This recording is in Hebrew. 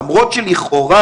למרות שלכאורה,